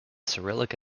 cyrillic